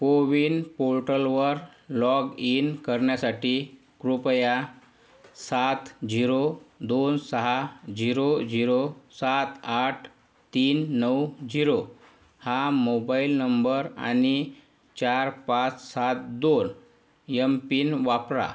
को विन पोर्टलवर log in करण्यासाठी कृपया सात जिरो दोन सहा जिरो जिरो सात आठ तीन नऊ जिरो हा मोबाइल नंबर आणि चार पाच सात दोन यम पिन वापरा